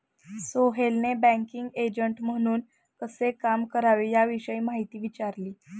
सोहेलने banking agent म्हणून कसे काम करावे याविषयी माहिती विचारली